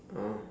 oh